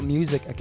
Music